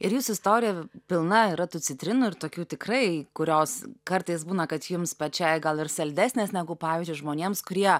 ir jūsų istorija pilna yra tų citrinų ir tokių tikrai kurios kartais būna kad jums pačiai gal ir saldesnės negu pavyzdžiui žmonėms kurie